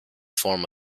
form